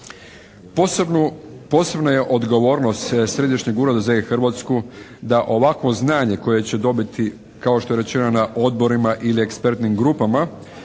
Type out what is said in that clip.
Posebna je odgovorno Središnjeg ureda za e-Hrvatsku da ovakvo znanje koje će dobiti kao što je rečeno na odborima ili ekspertnim grupama